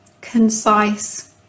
concise